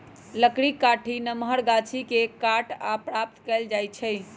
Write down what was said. लकड़ी काठी नमहर गाछि के काट कऽ प्राप्त कएल जाइ छइ